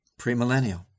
premillennial